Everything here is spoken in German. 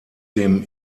dem